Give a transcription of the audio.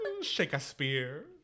Shakespeare